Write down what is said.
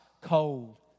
cold